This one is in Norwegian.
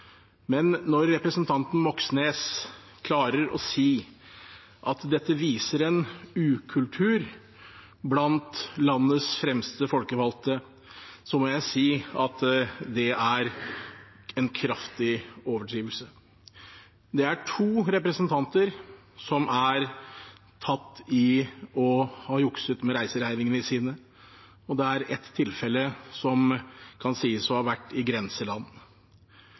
Men når representanten Moxnes klarer å si at dette viser en ukultur blant landets fremste folkevalgte, må jeg si at det er en kraftig overdrivelse. Det er to representanter som er tatt i å ha jukset med reiseregningene sine, og det er ett tilfelle som kan sies å ha vært i grenseland.